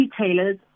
retailers